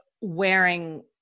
wearing